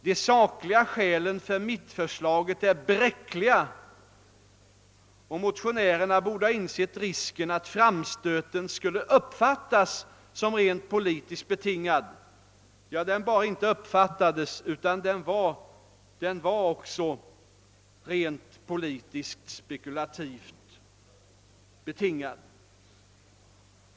De sakliga skälen för mittförslaget är bräckliga och motionärerna borde ha insett risken att framstöten skulle uppfattas som rent politiskt betingad.» Ja, den inte bara uppfattades som utan den var också rent politiskt spekulativt betingad.